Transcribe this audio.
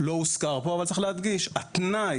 זה לא הוזכר כאן אבל צריך להדגיש התנאי